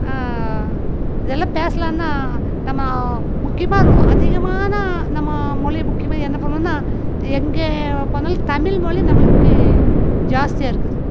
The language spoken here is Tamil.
இதெல்லாம் பேசலாம்னா நம்ம முக்கியமாக அதிகமான நம்ம மொழி முக்கியமாக என்ன பண்ணுவோம்னா எங்கே போனாலும் தமிழ்மொழி நம்மளுக்கு ஜாஸ்தியாக இருக்குது